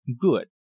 good